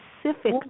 specific